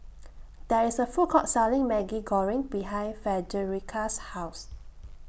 There IS A Food Court Selling Maggi Goreng behind Frederica's House